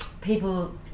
people